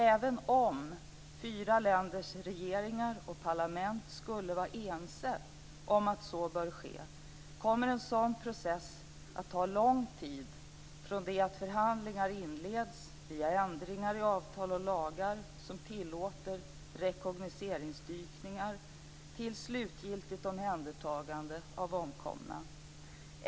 Även om fyra länders regeringar och parlament skulle vara ense om att så bör ske, kommer en sådan process att ta lång tid från det att förhandlingar inleds via ändringar i avtal och lagar som tillåter rekognoceringsdykningar till slutgiltigt omhändertagande av omkomna.